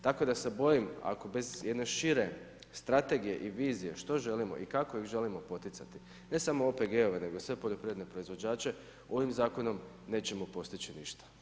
Tako da se bojim ako bez jedne šire strategije i vizije što želimo i kako ih želimo poticati, ne samo OPG-ove nego sve poljoprivredne proizvođače ovim zakonom nećemo postići ništa.